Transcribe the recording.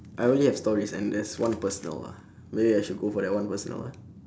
I only have stories and there's one personal ah maybe I should go for that one personal ah